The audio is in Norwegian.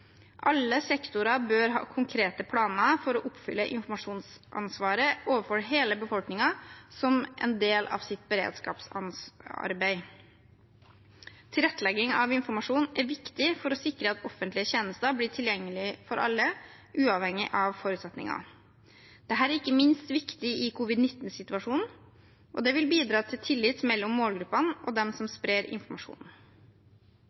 Alle sektorer bør ha konkrete planer for å oppfylle informasjonsansvaret overfor hele befolkningen som en del av sitt beredskapsarbeid. Tilrettelegging av informasjon er viktig for å sikre at offentlige tjenester blir tilgjengelige for alle, uavhengig av forutsetninger. Dette er ikke minst viktig i covid-19-situasjonen, og det vil bidra til tillit mellom målgruppene og dem som